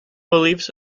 beliefs